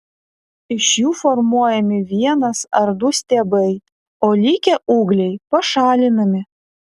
iš jų formuojami vienas ar du stiebai o likę ūgliai pašalinami